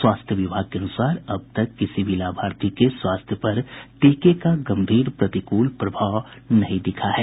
स्वास्थ्य विभाग के अनुसार अब तक किसी भी लाभार्थी के स्वास्थ्य पर टीके का प्रतिकूल प्रभाव नहीं दिखा है